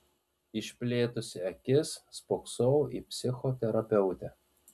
išplėtusi akis spoksojau į psichoterapeutę